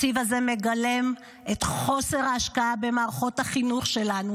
התקציב הזה מגלם את חוסר ההשקעה במערכות החינוך שלנו,